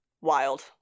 wild